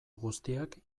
guztiak